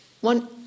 one